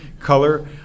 color